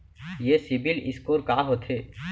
ये CIBIL score का होथे?